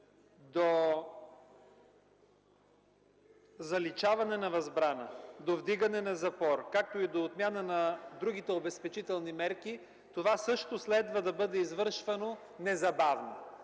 до заличаване на възбрана, до вдигане на запор, както и до отмяна на другите обезпечителни мерки, това също следва да бъде извършвано незабавно.